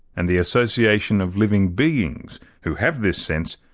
and the association of living beings who have this sense,